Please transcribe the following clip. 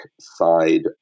side